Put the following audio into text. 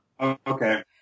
Okay